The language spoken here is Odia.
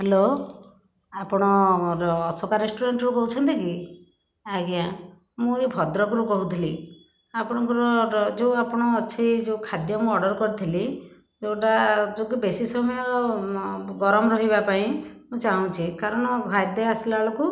ହ୍ୟାଲୋ ଆପଣର ଅଶୋକା ରେସ୍ଟୁରାଣ୍ଟରୁ କହୁଛନ୍ତି କି ଆଜ୍ଞା ମୁଁ ଏଇ ଭଦ୍ରକରୁ କହୁଥିଲି ଆପଣଙ୍କର ଯେଉଁ ଆପଣ ଅଛି ଯେଉଁ ଖାଦ୍ୟ ମୁଁ ଅର୍ଡ଼ର କରିଥିଲି ଯେଉଁଟା ଯୋଗୁଁ ବେଶୀ ସମୟ ମ ଗରମ ରହିବା ପାଇଁ ମୁଁ ଚାହୁଁଛି କାରଣ ଖାଦ୍ୟ ଆସିଲା ବେଳକୁ